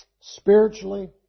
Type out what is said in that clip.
spiritually